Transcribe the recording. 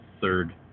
third